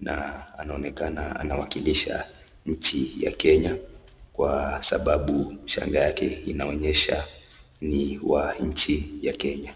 na anaonekana anawakilisha nchi ya Kenya, kwa sababu shanga yake inaonyesha ni wa nchi ya Kenya.